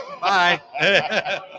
bye